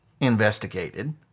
investigated